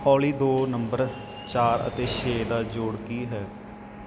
ਓਲੀ ਦੋ ਨੰਬਰ ਚਾਰ ਅਤੇ ਛੇ ਦਾ ਜੋੜ ਕੀ ਹੈ